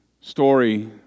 story